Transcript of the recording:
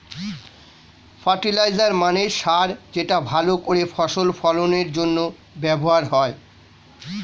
fertiliser মানে সার যেটা ভালো করে ফসল ফলনের জন্য ব্যবহার হয়